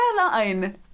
airline